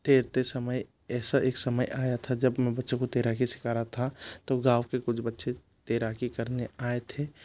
तैरते समय ऐसा एक समय आया था जब मैं बच्चों को तैराकी सीखा रहा था तो गाँव के कुछ बच्चे तैराकी करने आए थे